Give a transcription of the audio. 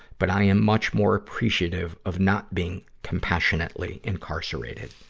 but i am much more appreciative of not being compassionately incarcerated.